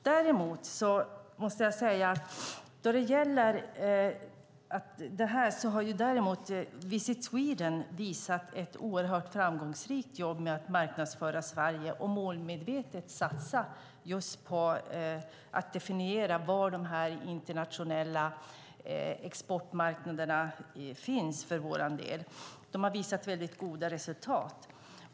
Däremot måste jag säga att Visit Sweden har gjort ett oerhört framgångsrikt jobb med att marknadsföra Sverige och målmedvetet satsa just på att definiera var de internationella exportmarknaderna finns för vår del. Man har visat väldigt goda resultat.